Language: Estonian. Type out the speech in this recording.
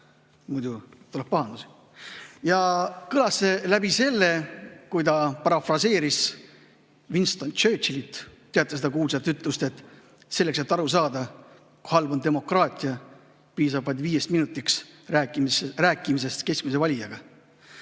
Muidu tuleks pahandus. Ja kõlas see läbi selle, et ta parafraseeris Winston Churchilli. Teate seda kuulsat ütlust, et selleks, et aru saada, kui halb on demokraatia, piisab vaid viiest minutist rääkimisest keskmise valijaga.